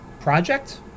project